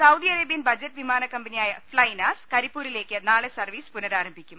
Saudi Arabian budget വിമാനക്കമ്പനിയായ Flynas കരിപ്പൂരിലേക്ക് നാളെ സർവീസ് പുനരാരംഭിക്കും